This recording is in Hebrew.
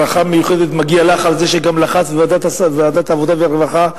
ברכה מיוחדת מגיעה לך גם על זה שלחצת בוועדת העבודה והרווחה.